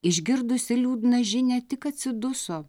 išgirdusi liūdną žinią tik atsiduso